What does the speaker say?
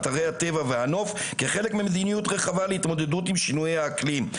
אתרי הטבע והנוף כחלק ממדיניות רחבה להתמודדות עם שינויי האקלים.